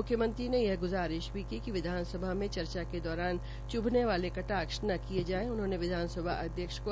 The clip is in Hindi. म्ख्यमंत्री ने यह ग्जारिश भी की कि विधानसभा चर्चा के दौरान च्भने वाले कटाक्ष ने किये जाये उन्होंने विधानसभा